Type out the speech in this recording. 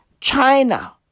China